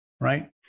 Right